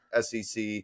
SEC